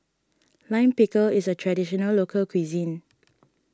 Lime Pickle is a Traditional Local Cuisine